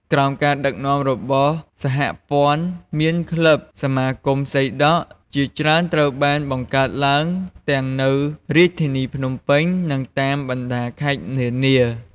ក្រោមការដឹកនាំរបស់សហព័ន្ធ មាន ក្លឹប សមាគមសីដក់ ជាច្រើនត្រូវបានបង្កើតឡើងទាំងនៅរាជធានីភ្នំពេញ និងតាមបណ្ដាខេត្តនានា។